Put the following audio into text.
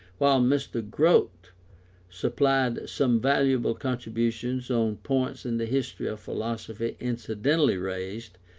while mr. grote supplied some valuable contributions on points in the history of philosophy incidentally raised,